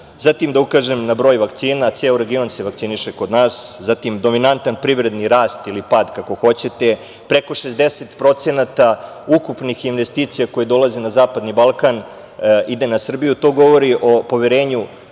želim da ukažem na broj vakcina. Ceo region se vakciniše. Zatim, dominantan privredni rast ili pad, kako hoćete, preko 60% ukupnih investicija koje dolazi na zapadni Balkan ide na Srbiju. To govori o poverenju